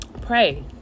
pray